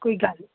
ਕੋਈ ਗੱਲ